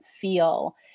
feel